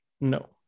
No